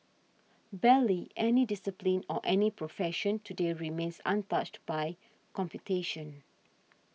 barely any discipline or any profession today remains untouched by computation